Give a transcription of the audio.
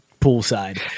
poolside